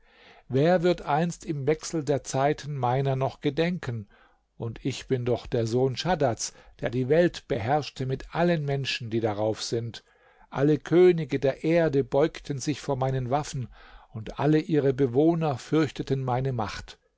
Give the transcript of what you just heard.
wer wird einst im wechsel der zeiten meiner noch gedenken und ich bin doch der sohn schaddads der die welt beherrschte mit allen menschen die darauf sind alle könige der erde beugten sich vor meinen waffen und alle ihre bewohner fürchteten meine macht